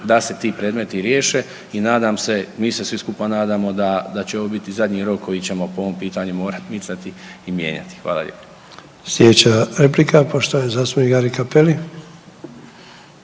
da se ti predmeti riješe i nadam se mi se svi skupa nadamo da će ovo biti zadnji rok koji ćemo po ovom pitanju morati micati i mijenjati. Hvala lijepo. **Sanader, Ante (HDZ)** Sljedeća replika